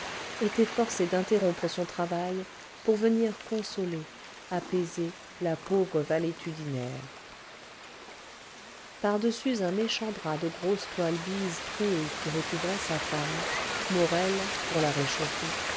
était forcé d'interrompre son travail pour venir consoler apaiser la pauvre valétudinaire par-dessus un méchant drap de grosse toile bise trouée qui recouvrait sa femme morel pour la réchauffer